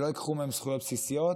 שלא ייקחו מהם זכויות בסיסיות,